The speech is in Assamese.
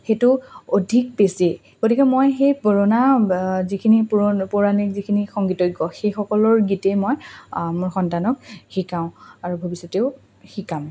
সেইটো অধিক বেছি গতিকে মই সেই পুৰণা যিখিনি পৌৰাণিক যিখিনি সংগীতজ্ঞ সেইসকলৰ গীতেই মই মোৰ সন্তানক শিকাওঁ আৰু ভৱিষ্যতেও শিকাম